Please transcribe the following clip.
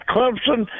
Clemson